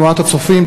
תנועת "הצופים",